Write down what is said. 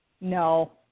no